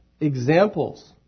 examples